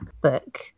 book